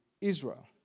Israel